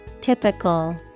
Typical